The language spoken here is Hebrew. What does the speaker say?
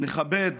נכבד